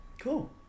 Cool